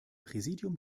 präsidium